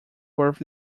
birth